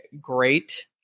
great